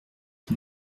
qui